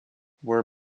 were